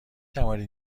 توانید